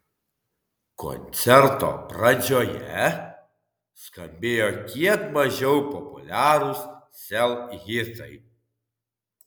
koncerto pradžioje skambėjo kiek mažiau populiarūs sel hitai